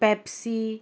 pepsi